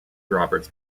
roberts